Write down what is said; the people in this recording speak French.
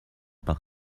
par